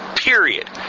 Period